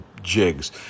jigs